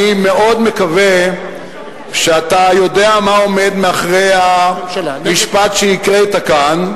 אני מאוד מקווה שאתה יודע מה עומד מאחורי המשפט שהקראת כאן.